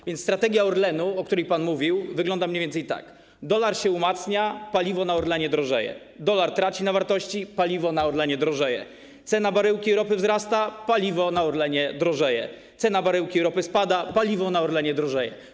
A więc strategia Orlenu, o której pan mówił, wygląda mniej więcej tak: dolar się umacnia - paliwo na Orlenie drożeje, dolar traci na wartości - paliwo na Orlenie drożeje, cena baryłki ropy wzrasta - paliwo na Orlenie drożeje, cena baryłki ropy spada - paliwo na Orlenie drożeje.